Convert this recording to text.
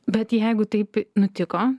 bet jeigu taip nutiko